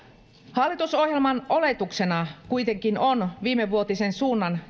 hallitusohjelman oletuksena kuitenkin on viimevuotisen suunnan